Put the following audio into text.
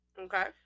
Okay